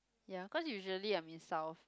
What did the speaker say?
ya cause usually I'm in south